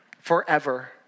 forever